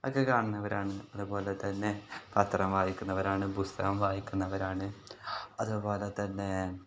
ഒക്കെ കാണുന്നവരാണ് അതുപോലെ തന്നെ പത്രം വായിക്കുന്നവരാണ് പുസ്തകം വായിക്കുന്നവരാണ് അതുപോലെ തന്നെ